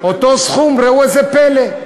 אותו סכום, ראו איזה פלא.